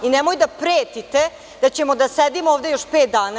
Nemojte da pretite da ćemo da sedimo ovde još pet dana.